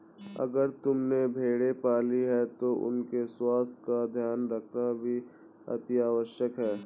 अगर तुमने भेड़ें पाली हैं तो उनके स्वास्थ्य का ध्यान रखना भी अतिआवश्यक है